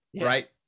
right